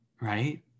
right